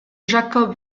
jacob